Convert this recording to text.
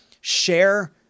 share